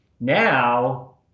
now